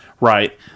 Right